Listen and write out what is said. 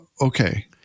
Okay